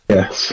Yes